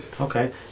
okay